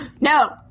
No